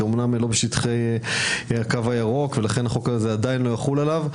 אמנם לא בשטחי הקו הירוק והחוק הזה לא יחול עליו,